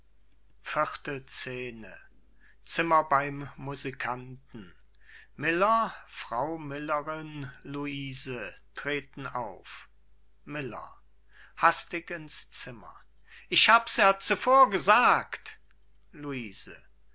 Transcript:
scene zimmer beim musikanten miller frau millerin luise treten auf miller hastig ins zimmer ich hab's ja zuvor gesagt luise